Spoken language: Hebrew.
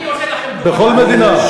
בכל מדינה,